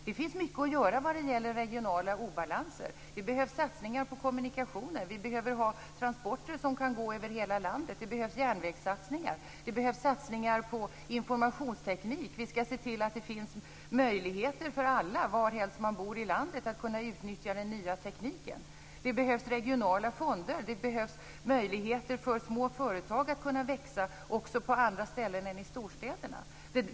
Det finns mycket att göra vad gäller regionala obalanser. Det behövs satsningar på kommunikationer. Vi behöver ha transporter som kan gå över hela landet. Det behövs järnvägssatsningar. Det behövs satsningar på informationsteknik. Vi skall se till att det finns möjligheter för alla, varhelst man bor i landet, att kunna utnyttja den nya tekniken. Det behövs regionala fonder. Det behövs möjligheter för små företag att kunna växa också på andra ställen än i storstäderna.